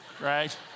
right